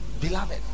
beloved